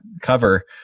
cover